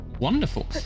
Wonderful